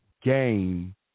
game